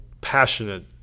passionate